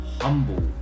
Humble